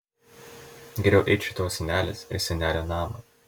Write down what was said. geriau eičiau į tavo senelės ir senelio namą